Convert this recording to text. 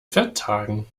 vertagen